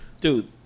dude